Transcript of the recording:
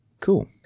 Cool